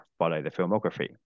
FollowTheFilmography